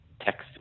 text